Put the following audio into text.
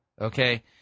okay